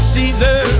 Caesar